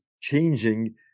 changing